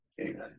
Amen